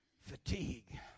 Fatigue